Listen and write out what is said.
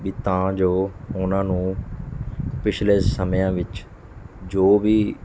ਵੀ ਤਾਂ ਜੋ ਉਨ੍ਹਾਂ ਨੂੰ ਪਿਛਲੇ ਸਮਿਆਂ ਵਿੱਚ ਜੋ ਵੀ